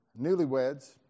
newlyweds